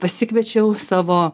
pasikviečiau savo